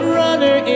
runner